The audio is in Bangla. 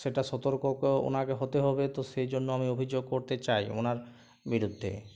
সেটা সতর্ককও ওঁকে হতে হবে তো সেজন্য আমি অভিযোগ করতে চাই ওঁর বিরুদ্ধে